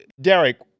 Derek